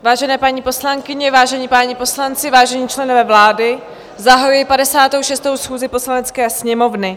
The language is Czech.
Vážené paní poslankyně, vážení páni poslanci, vážení členové vlády, zahajuji 56. schůzi Poslanecké sněmovny.